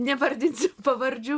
nevardinsim pavardžių